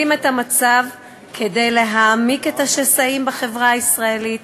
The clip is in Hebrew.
את המצב כדי להעמיק את השסעים בחברה הישראלית,